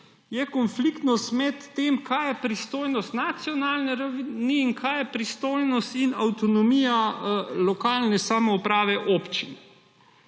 konfliktnost med tem, kaj je pristojnost nacionalni ravni in kaj je pristojnost ter avtonomija lokalne samouprave občin,